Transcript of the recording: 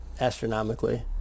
astronomically